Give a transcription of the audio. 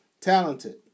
talented